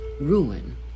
ruin